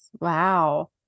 Wow